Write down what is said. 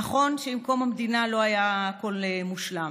נכון שעם קום המדינה לא היה הכול מושלם,